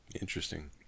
Interesting